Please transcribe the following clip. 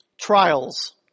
trials